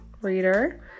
reader